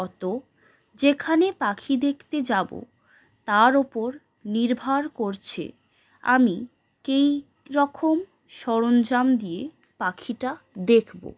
অথচ যেখানে পাখি দেখতে যাবো তার ওপর নির্ভর করছে আমি কি রকম সরঞ্জাম দিয়ে পাখিটা দেখবো